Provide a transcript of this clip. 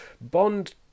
Bond